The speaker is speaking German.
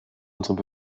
unsere